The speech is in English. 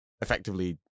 effectively